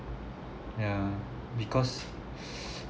yeah because